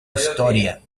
historia